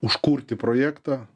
užkurti projektą